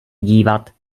dívat